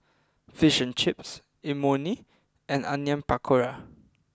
Fish and Chips Imoni and Onion Pakora